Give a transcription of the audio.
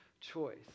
choice